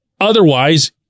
Otherwise